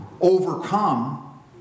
overcome